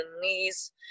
knees